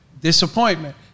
disappointment